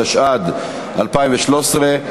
התשע"ד 2013,